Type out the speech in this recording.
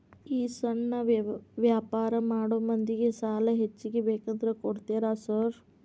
ಈ ಸಣ್ಣ ವ್ಯಾಪಾರ ಮಾಡೋ ಮಂದಿಗೆ ಸಾಲ ಹೆಚ್ಚಿಗಿ ಬೇಕಂದ್ರ ಕೊಡ್ತೇರಾ ಸಾರ್?